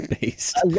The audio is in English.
based